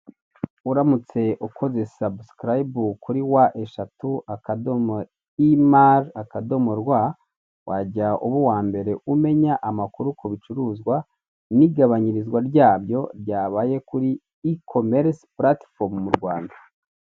Uramutse ukoze sabusikarayibu kuri kuri wa eshatu akadomo imari akadomo rwa, wajya uba uwambere umenya amakuru kubicuruzwa, n'igabanyirizwa ryabyo ryabaye kuri ikomerisi puratifomu mu Rwanda.